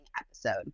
episode